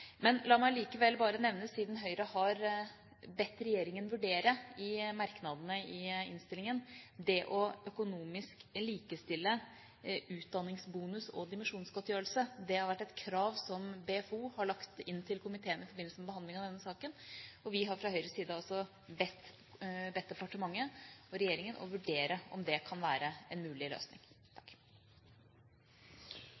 men la meg likevel bare nevne det, siden Høyre i merknadene i innstillingen har bedt regjeringa vurdere å likestille økonomisk utdanningsbonus og dimisjonsgodtgjørelse. Det har vært et krav som BFO har lagt inn til komiteen i forbindelse med behandlingen av denne saken, og vi har fra Høyres side altså bedt departementet og regjeringa vurdere om det kan være en mulig løsning.